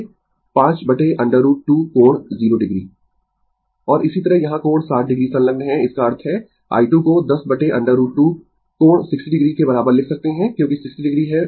Refer Slide Time 3040 और इसी तरह यहाँ कोण 60 o संलग्न है इसका अर्थ है i2 को 10√ 2 कोण 60 o के बराबर लिख सकते है क्योंकि 60 o है वहां